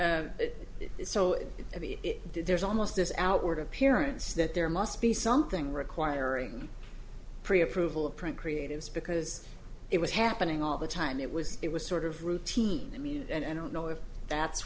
is so there's almost this outward appearance that there must be something requiring pre approval of print creative's because it was happening all the time it was it was sort of routine i mean and i don't know if that's